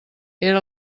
era